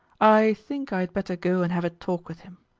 i think i had better go and have a talk with him.